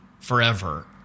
forever